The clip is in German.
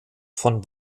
von